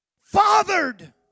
fathered